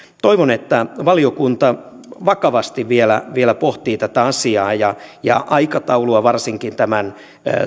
toivon että valiokunta vakavasti vielä vielä pohtii tätä asiaa ja ja aikataulua varsinkin tämän